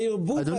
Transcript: יש פה ערבוב.